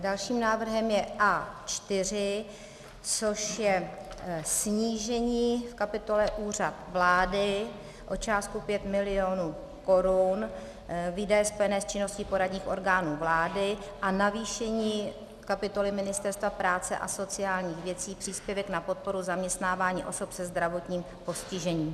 Dalším návrhem je A4, což je snížení v kapitole Úřad vlády o částku 5 mil. Kč, výdaje spojené s činností poradních orgánů vlády, a navýšení kapitoly Ministerstva práce a sociálních věcí, příspěvek na podporu zaměstnávání osob se zdravotním postižením.